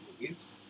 movies